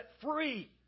free